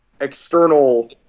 external